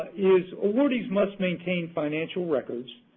is awardees must maintain financial records,